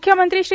मुख्यमंत्री श्री